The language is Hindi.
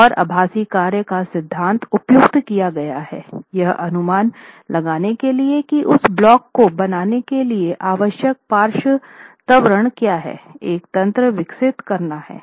और आभासी कार्य का सिद्धांत उपयोग किया गया हैं यह अनुमान लगाने के लिए कि उस ब्लॉक को बनाने के लिए आवश्यक पार्श्व त्वरण क्या है एक तंत्र विकसित करना हैं